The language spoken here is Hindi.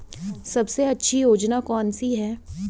सबसे अच्छी योजना कोनसी है?